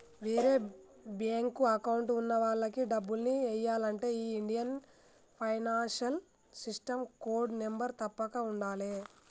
వేరే bank account ఉన్న వాళ్లకి డబ్బుల్ని ఎయ్యాలంటే ఈ Indian financial system code number తప్పక ఉండాలే